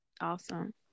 Awesome